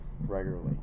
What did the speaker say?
regularly